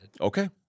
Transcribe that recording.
Okay